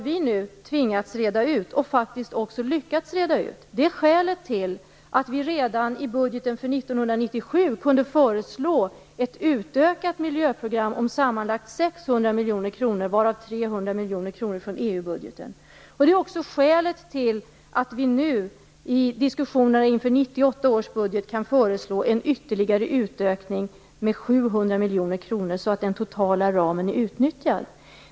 Vi har faktiskt också lyckats med detta, och det är skälet till att vi redan i budgeten för 1997 kunde föreslå ett utökat miljöprogram om sammanlagt 600 miljoner kronor, varav 300 miljoner kronor från EU-budgeten. Det är också skälet till att vi nu i diskussionerna inför 1998 års budget kan föreslå en ytterligare utökning med 700 miljoner kronor, så att den totala ramen är utnyttjad.